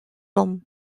vamm